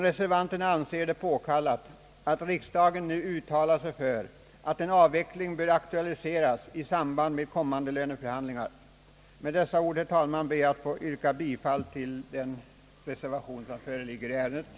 Reservanterna anser det emellertid påkallat att riksdagen uttalar sig för att en avveckling bör aktualiseras i samband med kommande löneförhandlingar. Med dessa ord ber jag, herr talman, att få yrka bifall till den reservation som föreligger i ärendet.